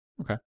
okay